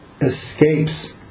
escapes